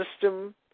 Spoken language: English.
system